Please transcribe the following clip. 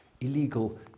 illegal